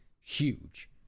huge